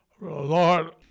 Lord